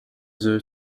zoo